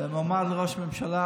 מועמד לראש ממשלה